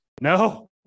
No